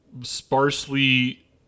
sparsely